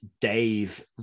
Dave